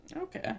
Okay